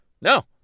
No